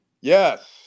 Yes